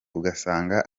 ugasanga